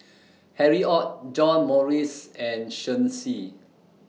Harry ORD John Morrice and Shen Xi